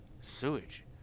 sewage